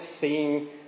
seeing